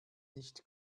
nicht